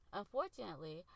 Unfortunately